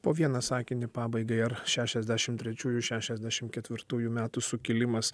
po vieną sakinį pabaigai ar šešiasdešim trečiųjų šešiasdešim ketvirtųjų metų sukilimas